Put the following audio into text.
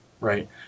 right